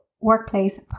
workplace